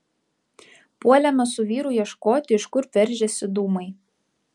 puolėme su vyru ieškoti iš kur veržiasi dūmai